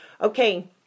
Okay